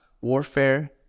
warfare